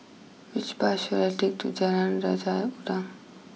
which bus should I take to Jalan Raja Udang